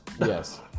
Yes